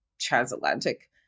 transatlantic